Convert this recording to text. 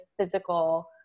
physical